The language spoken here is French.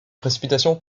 précipitations